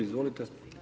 Izvolite.